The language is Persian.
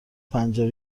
پنجره